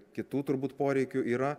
kitų turbūt poreikių yra